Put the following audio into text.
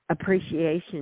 appreciation